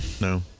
No